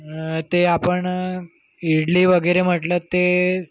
ते आपण इडली वगैरे म्हटलं ते